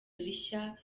rishya